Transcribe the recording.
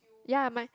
ya my